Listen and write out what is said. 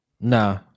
Nah